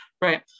right